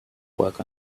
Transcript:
work